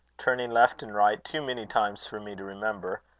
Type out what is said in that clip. turning left and right too many times for me to remember,